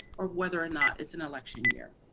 or whether or not it's an election year.